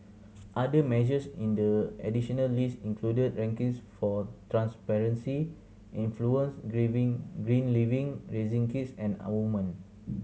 other measures in the additional list included rankings for transparency influence green living raising kids and women